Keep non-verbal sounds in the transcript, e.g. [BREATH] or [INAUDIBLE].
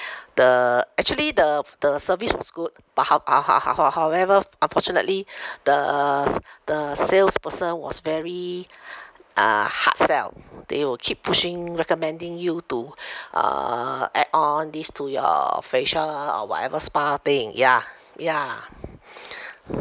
the actually the the service was good but ho~ uh how~ how~ how~ however unfortunately [BREATH] the s~ the salesperson was very uh hard sell they will keep pushing recommending you to uh add on this to your facial or whatever spa thing ya ya